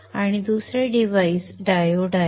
आणि दुसरे साधन डायोड आहे